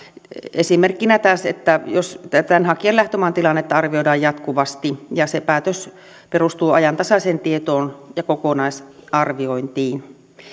esimerkkinä taas että tämän hakijan lähtömaan tilannetta arvioidaan jatkuvasti ja se päätös perustuu ajantasaiseen tietoon ja kokonaisarviointiin